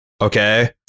Okay